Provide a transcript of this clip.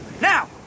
now